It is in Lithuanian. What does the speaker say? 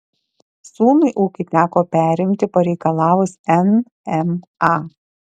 sūnui ūkį teko perimti pareikalavus nma